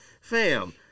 Fam